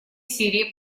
сирии